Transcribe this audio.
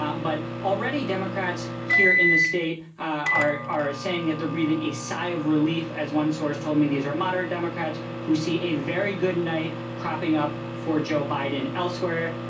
but, already, democrats here in the state are are saying that they're breathing a sigh of relief, as one source told me. these are moderate democrats who see a very good night cropping up for joe biden elsewhere.